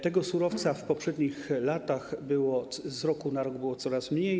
Tego surowca w poprzednich latach z roku na rok było coraz mniej.